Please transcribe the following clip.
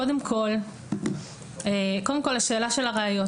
קודם כל השאלה של הראיות.